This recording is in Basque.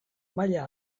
maila